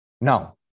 Now